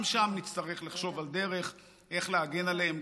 גם שם נצטרך לחשוב על דרך להגן עליהם.